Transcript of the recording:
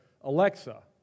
Alexa